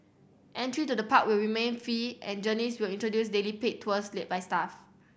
entry to the park will remain free and Journeys will introduce daily paid tours led by staff